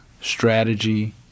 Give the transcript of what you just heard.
strategy